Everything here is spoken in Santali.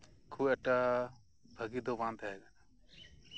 ᱠᱷᱩᱵᱽ ᱮᱠᱴᱟ ᱵᱷᱟᱹᱜᱮ ᱫᱚ ᱵᱟᱝ ᱛᱟᱸᱦᱮ ᱠᱟᱱᱟ